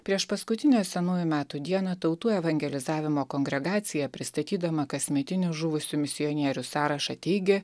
priešpaskutinę senųjų metų dieną tautų evangelizavimo kongregacija pristatydama kasmetinį žuvusių misionierių sąrašą teigė